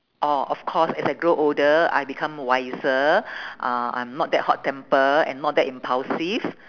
orh of course as I grow older I become wiser uh I'm not that hot temper and not that impulsive